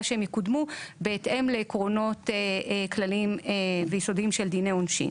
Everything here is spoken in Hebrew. שהם יקודמו בהתאם לעקרונות כלליים ויסודיים של דיני עונשין.